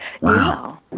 Wow